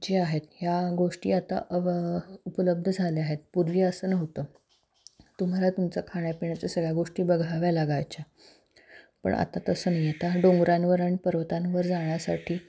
जे आहेत ह्या गोष्टी आता अव उपलब्ध झाल्या आहेत पूर्वी असं नव्हतं तुम्हाला तुमचं खाण्यापिण्याच्या सगळ्या गोष्टी बघाव्या लागायच्या पण आता तसं नाही आता डोंगरांवर आणि पर्वतांवर जाण्यासाठी